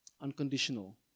unconditional